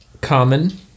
common